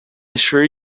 assure